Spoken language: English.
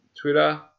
Twitter